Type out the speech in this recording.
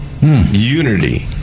unity